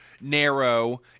narrow